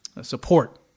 support